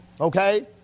Okay